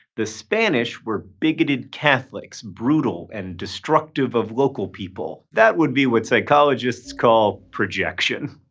the spanish were bigoted catholics, brutal and destructive of local people. that would be what psychologists call projection.